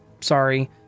sorry